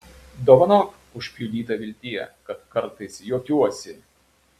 dovanok užpjudyta viltie kad kartais juokiuosi